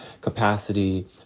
capacity